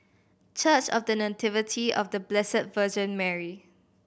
Church of The Nativity of The Blessed Virgin Mary